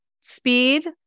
speed